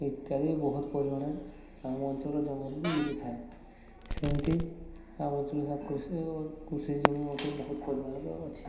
ଇତ୍ୟାଦି ବହୁତ ପରିମାଣରେ ଆମ ଅଞ୍ଚଳର ଜଙ୍ଗଲକୁ ମିଲିଥାଏ ସେମିତି ଆମ ଅଞ୍ଚଳରେ କୃଷି ଓ କୃଷି ଜମି ମଧ୍ୟ ବହୁତ ପରିମାଣର ଅଛି